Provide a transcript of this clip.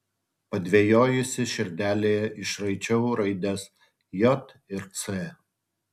padvejojusi širdelėje išraičiau raides j ir c